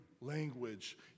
language